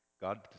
God